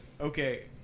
Okay